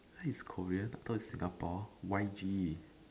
it's Korean I thought it's Singapore Y_G